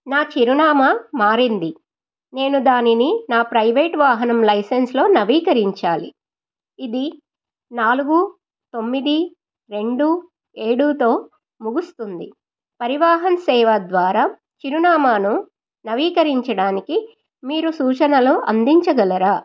నా చిరునామా మారింది నేను దానిని నా ప్రైవేట్ వాహనం లైసెన్స్లో నవీకరించాలి ఇది నాలుగు తొమ్మిది రెండు ఏడుతో ముగుస్తుంది పరివాహన్ సేవా ద్వారా చిరునామాను నవీకరించడానికి మీరు సూచనలు అందించగలరా